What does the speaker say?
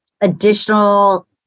additional